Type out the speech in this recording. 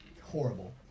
Horrible